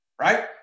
Right